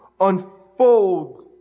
unfold